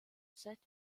cette